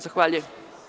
Zahvaljujem.